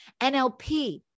NLP